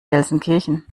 gelsenkirchen